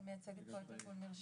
אני מייצגת פה את ארגון מרשם,